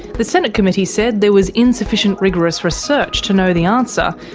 the senate committee said there was insufficient rigorous research to know the answer,